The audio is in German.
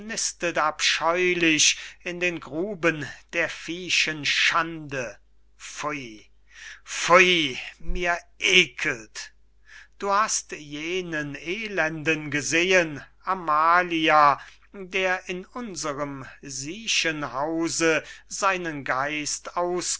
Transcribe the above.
abscheulich in den gruben der viehischen schande pfui pfui mir eckelt nasen augen ohren schütteln sich du hast jenen elenden gesehen amalia der in unserem siechenhause seinen geist